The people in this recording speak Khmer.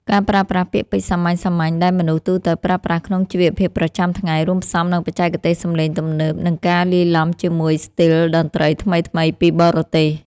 ការប្រើប្រាស់ពាក្យពេចន៍សាមញ្ញៗដែលមនុស្សទូទៅប្រើប្រាស់ក្នុងជីវភាពប្រចាំថ្ងៃ រួមផ្សំនឹងបច្ចេកទេសសម្លេងទំនើប និងការលាយឡំជាមួយស្ទីលតន្ត្រីថ្មីៗពីបរទេស